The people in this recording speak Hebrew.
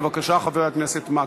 בבקשה, חבר הכנסת מקלב.